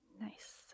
Nice